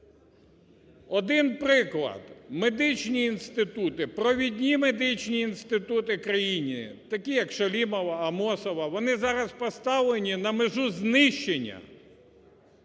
Один приклад: медичні інститути, провідні медичні інститути країни такі як Шалімова, Амосова, вони зараз поставлені на межу знищення,